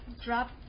drop